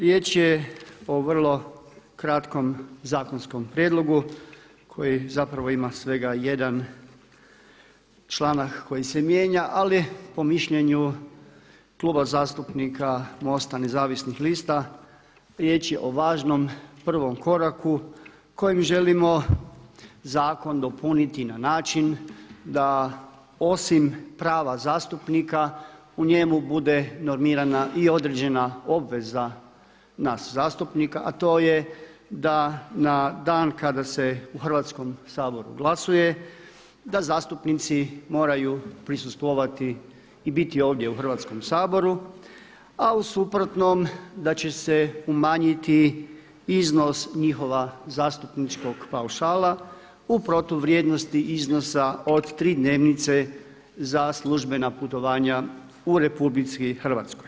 Riječ je o vrlo kratkom zakonskom prijedlogu koji zapravo ima svega jedan članak koji se mijenja ali po mišljenju Kluba zastupnika MOST-a nezavisnih lista riječ je o važnom prvom koraku kojim želimo zakon dopuniti na način da osim prava zastupnika u njemu bude normirana i određena obveza nas zastupnika, a to je da na dan kada se u Hrvatskom saboru glasuje da zastupnici moraju prisustvovati i biti ovdje u Hrvatskom saboru, a u suprotnom da će se umanjiti iznos njihova zastupničkog paušala u protuvrijednosti iznosa od 3 dnevnice za službena putovanja u Republici Hrvatskoj.